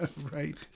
Right